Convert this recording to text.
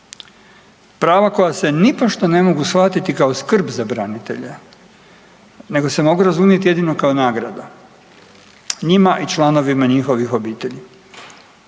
prava koja se nipošto ne mogu shvatiti kao skrb za branitelje nego se mogu razumjeti kao nagrada njima i članovima njihovih obitelji,